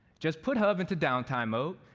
just put hub into downtime mode,